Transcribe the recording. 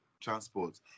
Transport